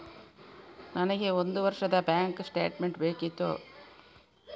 ನನಗೆ ಒಂದು ವರ್ಷದ ಬ್ಯಾಂಕ್ ಸ್ಟೇಟ್ಮೆಂಟ್ ಬೇಕಿತ್ತು